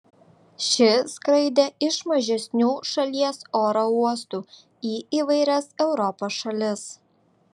ši skraidė iš mažesnių šalies oro uostų į įvairias europos šalis